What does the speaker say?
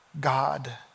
God